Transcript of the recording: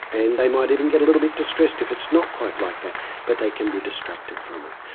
and they might even get a little bit distressed if it's not quite like that but they can be distracted from it.